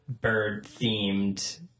bird-themed